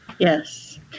Yes